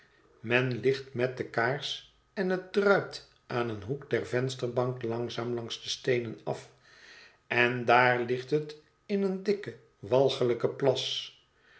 men licht met de kaars en het druipt aan een hoek der vensterbank langzaam langs de steenen af en daar ligt het in een dikken walgelijken plas